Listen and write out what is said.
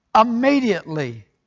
Immediately